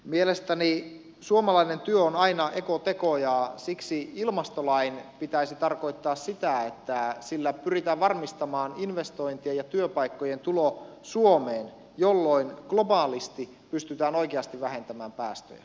mielestäni suomalainen työ on aina ekoteko ja siksi ilmastolain pitäisi tarkoittaa sitä että sillä pyritään varmistamaan investointien ja työpaikkojen tulo suomeen jolloin globaalisti pystytään oikeasti vähentämään päästöjä